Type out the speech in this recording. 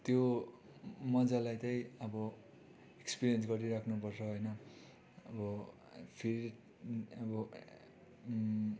त्यो मजालाई आबो अब एक्सपिरियन्स गरिराख्नुपर्छ होइन अब फेरि अब